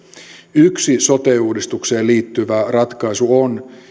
yksi sote uudistukseen liittyvä ratkaisu on